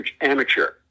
amateur